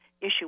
issue